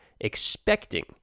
expecting